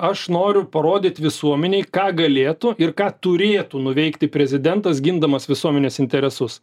aš noriu parodyt visuomenei ką galėtų ir ką turėtų nuveikti prezidentas gindamas visuomenės interesus